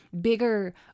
bigger